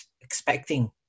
expecting